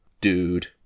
dude